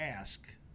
ask